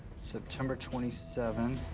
september twenty seven.